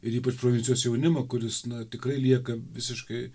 ir ypač provincijos jaunimą kuris na tikrai lieka visiškai